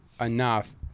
enough